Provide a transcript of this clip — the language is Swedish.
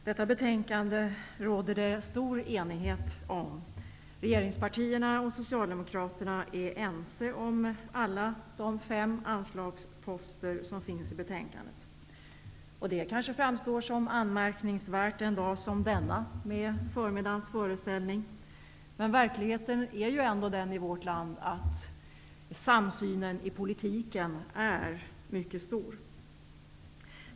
Herr talman! Det råder stor enighet om detta betänkande. Regeringspartierna och Socialdemokraterna är ense om de fem anslagsposterna i betänkandet. Det kanske framstår såsom anmärkningsvärt en dag som denna med förmiddagens föreställning. Men verkligheten är ju ändå den i vårt land att samsynen i politiken är mycket stor.